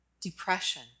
depression